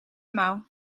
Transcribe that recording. mouw